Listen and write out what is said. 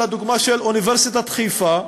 על הדוגמה של אוניברסיטת חיפה,